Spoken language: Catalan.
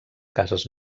cases